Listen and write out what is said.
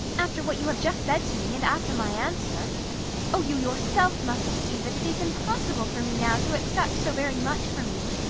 after what you have just said to me, and after my answer oh! you yourself must see that it is impossible for me now to accept so very much from you.